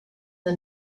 the